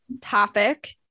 topic